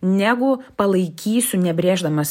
negu palaikysiu nebrėždamas